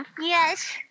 Yes